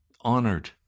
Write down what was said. honored